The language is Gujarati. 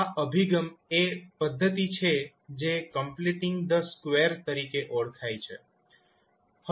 આ અભિગમ એ પદ્ધતિ છે જે 'કમ્પલિટિંગ ધ સ્કવેર ' તરીકે ઓળખાય છે